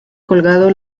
colgado